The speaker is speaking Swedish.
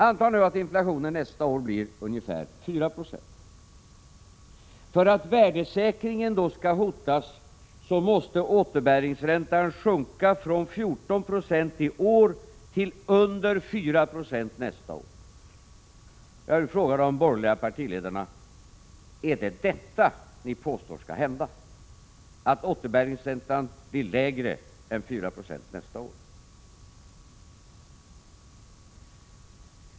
Antag nu att inflationen nästa år blir ungefär 4.90. För att värdesäkringen då skulle hotas måste återbäringsräntan sjunka från 14 96 i år till under 4 90 nästa år. Jag vill fråga de borgerliga partiledarna: Är det detta ni påstår skall hända, att återbäringsräntan blir lägre än 4 90 nästa år?